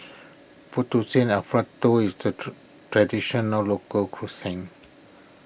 Fettuccine Alfredo is to Traditional Local Cuisine